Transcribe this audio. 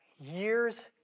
years